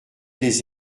des